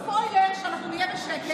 עשיתי ספויילר שאנחנו נהיה בשקט, הסיסמאות שלו.